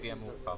לפי המאוחר."